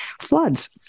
floods